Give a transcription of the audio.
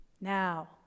now